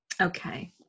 Okay